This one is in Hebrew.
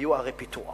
היו ערי פיתוח